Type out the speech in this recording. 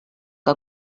que